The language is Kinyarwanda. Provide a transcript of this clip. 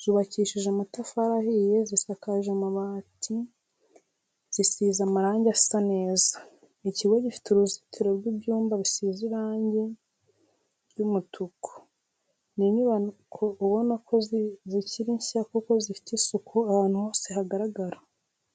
zubakishije amatafari ahiye zisakaje amabati zisize amarange asa neza, ikigo gifite uruzitiro rw'ibyuma bisize irangi ry'umutuku. Ni inyubako ubona ko zikiri nshya kuko zifite isuku ahantu hose hagaragara.